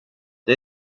det